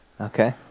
Okay